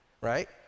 Right